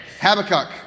Habakkuk